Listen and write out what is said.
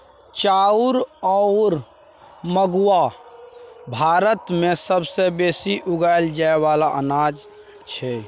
चाउर अउर गहुँम भारत मे सबसे बेसी उगाएल जाए वाला अनाज छै